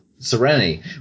Serenity